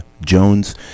Jones